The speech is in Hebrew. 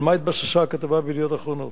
על מה התבססה הכתבה ב"ידיעות אחרונות"?